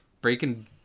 Breaking